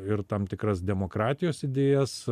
ir tam tikras demokratijos idėjas